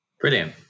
Brilliant